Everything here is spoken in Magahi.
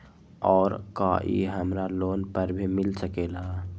और का इ हमरा लोन पर भी मिल सकेला?